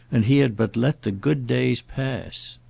and he had but let the good days pass.